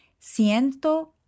Siento